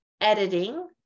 editing